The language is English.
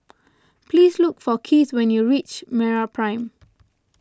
please look for Kieth when you reach MeraPrime